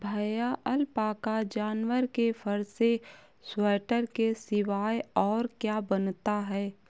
भैया अलपाका जानवर के फर से स्वेटर के सिवाय और क्या बनता है?